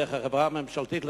דרך החברה הממשלתית לתיירות,